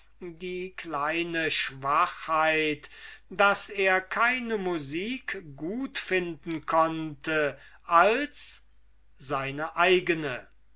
die kleine schwachheit daß er keine musik gut finden konnte als seine eigene